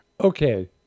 okay